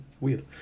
weird